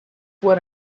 what